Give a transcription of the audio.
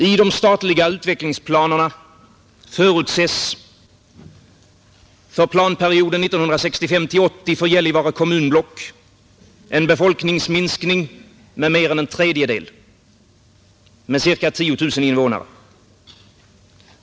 I de statliga utvecklingsplanerna förutses för planperioden 1965-1980 för Gällivare kommunblock en befolkningsminskning med mer än en tredjedel, med ca 10 000 invånare.